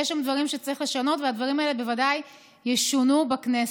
יש שם דברים שצריך לשנות והדברים האלה בוודאי ישונו בכנסת.